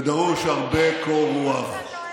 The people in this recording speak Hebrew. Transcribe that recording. ודרוש הרבה קור רוח.